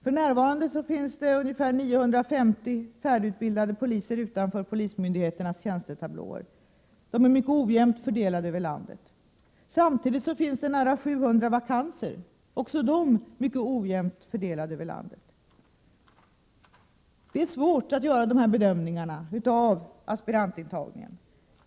För närvarande finns det ungefär 900 färdigutbildade poliser utanför polismyndigheternas tjänstetablåer. De är mycket ojämnt fördelade över landet. Samtidigt finns det nära 700 vakanser — också de mycket ojämnt fördelade över landet. Det är svårt att göra dessa bedömningar när det gäller aspirantintagningen.